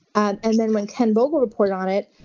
and and then when ken vogel reported on it,